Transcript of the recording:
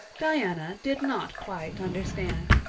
diana did not quite understand.